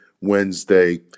Wednesday